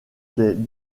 des